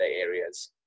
areas